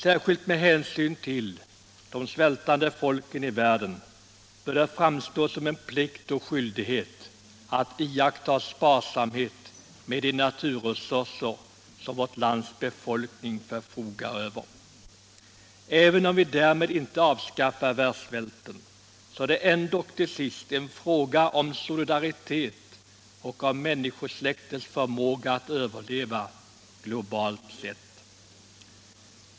Särskilt med hänsyn till de svältande folken i världen bör det framstå som en plikt och skyldighet att iaktta sparsamhet med de naturresurser som vårt lands befolkning förfogar över. Även om vi därmed inte avskaffar världssvälten, så är det ändock till sist en fråga om solidaritet och om människosläktets förmåga att överleva — globalt sett.